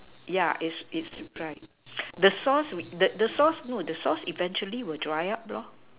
yeah it's it's rice the source the the source no the source will eventually will dry up